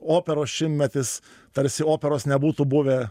operos šimtmetis tarsi operos nebūtų buvę